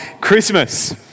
Christmas